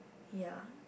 ya